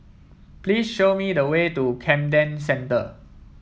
please show me the way to Camden Centre